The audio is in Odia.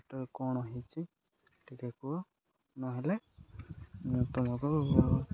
ସେଟା କ'ଣ ହେଇଛି ଟିକେ କୁହ ନହେଲେ ମୁଁ ତମକୁ